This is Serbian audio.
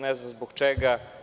Ne znam zbog čega.